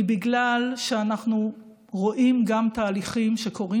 זה בגלל שאנחנו רואים גם תהליכים שקורים